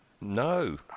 No